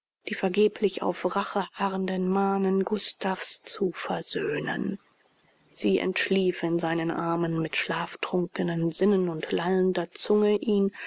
die vergeblich auf rache harrenden manen gustav's zu versöhnen sie entschlief in seinen armen mit schlaftrunkenen sinnen und lallender zunge ihn